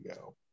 go